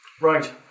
Right